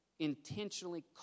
intentionally